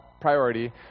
priority